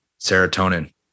serotonin